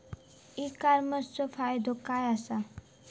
E कॉमर्सचो फायदो काय असा?